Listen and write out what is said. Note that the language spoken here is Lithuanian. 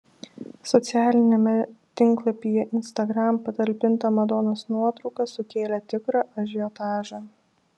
socialiniame tinklapyje instagram patalpinta madonos nuotrauka sukėlė tikrą ažiotažą